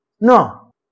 No